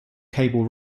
cable